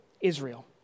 Israel